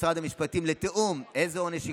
לתיאום בנוגע לעונש שייקבע,